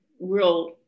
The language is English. real